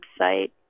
website